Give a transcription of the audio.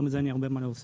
אין לנו מה להוסיף.